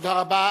תודה רבה.